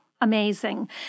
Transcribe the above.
amazing